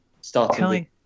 starting